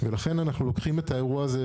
ולכן אנחנו לוקחים את האירוע הזה,